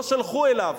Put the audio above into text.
לא שלחו אליו.